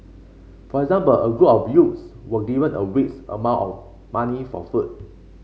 for example a group of youths were given a week's amount of money for food